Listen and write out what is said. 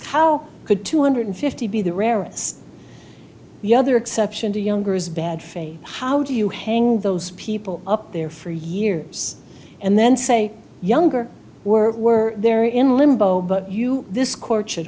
how could two hundred fifty be the rarest the other exception to youngers bad faith how do you hang those people up there for years and then say younger were were there in limbo but you this court should